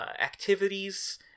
activities